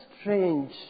strange